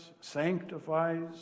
sanctifies